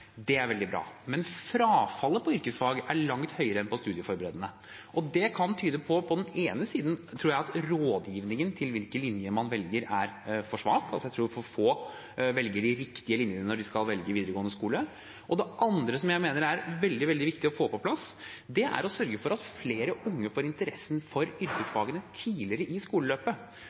Det er veldig bra, men frafallet på yrkesfag er langt større enn på studieforberedende. Det kan på den ene siden, tror jeg, tyde på at rådgivningen til hvilken linje man velger, er for svak. Jeg tror for få velger den riktige linjen når de skal velge videregående skole. Det andre som jeg mener er veldig, veldig viktig å få på plass, er å sørge for at flere unge får interessen for yrkesfagene tidligere i skoleløpet,